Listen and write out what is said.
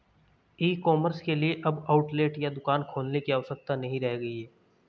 ई commerce के लिए अब आउटलेट या दुकान खोलने की आवश्यकता नहीं रह गई है